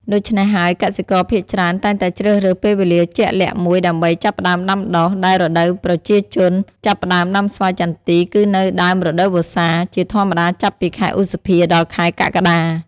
ដូច្នេះហើយ កសិករភាគច្រើនតែងតែជ្រើសរើសពេលវេលាជាក់លាក់មួយដើម្បីចាប់ផ្តើមដាំដុះ ដែលរដូវប្រជាជនចាប់ផ្ដើមដាំស្វាយចន្ទីគឺនៅ ដើមរដូវវស្សា ជាធម្មតាចាប់ពី ខែឧសភា ដល់ខែកក្កដា។។